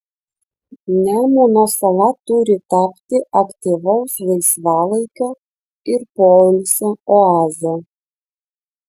nemuno sala turi tapti aktyvaus laisvalaikio ir poilsio oaze